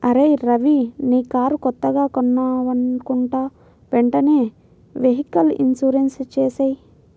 అరేయ్ రవీ నీ కారు కొత్తగా కొన్నావనుకుంటా వెంటనే వెహికల్ ఇన్సూరెన్సు చేసేయ్